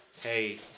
Hey